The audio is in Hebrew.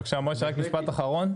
בבקשה משה, רק משפט אחרון.